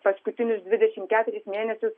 paskutinius dvidešimt keturis mėnesius